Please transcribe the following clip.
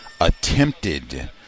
attempted